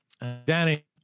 Danny